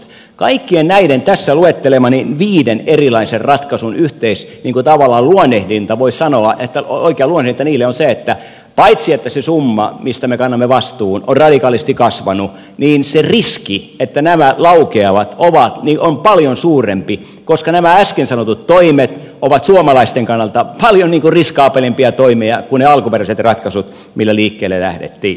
voisi sanoa että kaikkien näiden tässä luettelemieni viiden erilaisen ratkaisun tavallaan oikea luonnehdinta voi sanoa että oikeuden eteen on se että paitsi että se summa mistä me kannamme vastuun on radikaalisti kasvanut niin myös se riski että nämä laukeavat on paljon suurempi koska nämä äsken sanotut toimet ovat suomalaisten kannalta paljon riskaabelimpia toimia kuin ne alkuperäiset ratkaisut millä liikkeelle lähdettiin